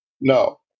No